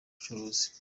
bucuruzi